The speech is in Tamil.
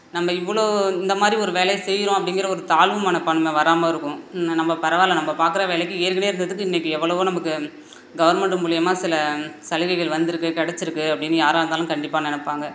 நம்ம இவ்வளோ இந்த மாதிரி ஒரு வேலையை செய்கிறோம் அப்படிங்கிற ஒரு தாழ்வு மனப்பான்மை வராமல் இருக்கும் நம்ம பரவால்ல நம்ம பார்க்கற வேலைக்கு ஏற்கனேவே இருந்ததுக்கு இன்றைக்கி எவ்வளவோ நமக்கு கவர்மெண்ட்டு மூலயமா சில சலுகைகள் வந்திருக்கு கிடச்சிருக்கு அப்படின்னு யாராக இருந்தாலும் கண்டிப்பாக நினப்பாங்க